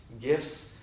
gifts